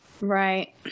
Right